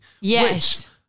Yes